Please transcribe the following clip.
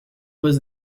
was